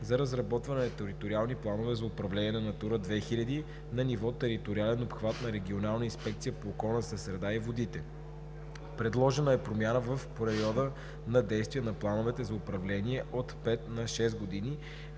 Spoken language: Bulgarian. за разработване на териториални планове за управление на „Натура 2000“ на ниво териториален обхват на Регионална инспекция по околната среда и водите. Предложена е промяна в периода на действие на плановете за управление от 5 на 6 години,